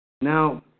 Now